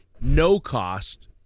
no-cost